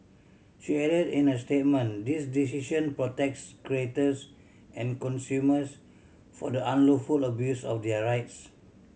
she added in a statement This decision protects creators and consumers for the unlawful abuse of their rights